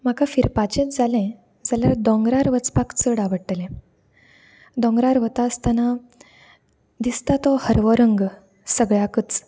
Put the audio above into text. म्हाका फिरपाचेच जालें जाल्यार दोंगरार वचपाक चड आवडटलें दोंगरार वता आसतना दिसता तो हरवो रंग सगळ्याकच